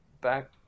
back